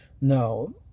No